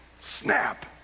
Snap